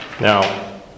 Now